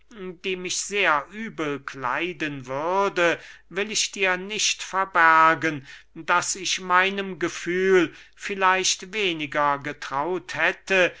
die mich sehr übel kleiden würde will ich dir nicht verbergen daß ich meinem gefühl vielleicht weniger getraut hätte